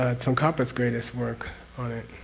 ah tsongkapa's greatest work on it,